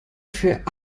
für